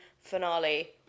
finale